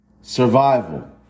survival